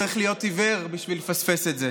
צריך להיות עיוור בשביל לפספס את זה.